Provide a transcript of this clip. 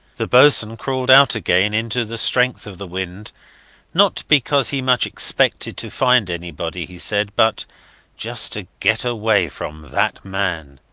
the boatswain crawled out again into the strength of the wind not because he much expected to find anybody, he said, but just to get away from that man.